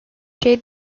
şey